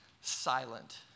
silent